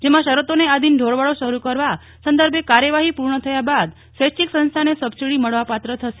જેમાં શરતોને આધીન ઢોરવાડો શરૂ કરવા સંદર્ભે કાર્યવાફી પૂર્ણ થયા બાદ સ્વૈચ્છિક સંસ્થાને સબસીડી મળવાપાત્ર થશે